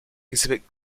exhibit